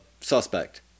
suspect